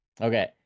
okay